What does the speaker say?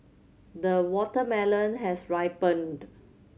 the watermelon has ripened